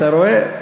אתה רואה?